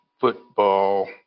football